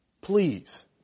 please